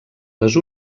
les